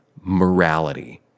morality